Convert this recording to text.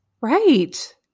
Right